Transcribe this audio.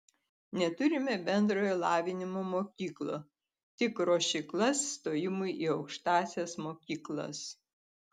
neturime bendrojo lavinimo mokyklų tik ruošyklas stojimui į aukštąsias mokyklas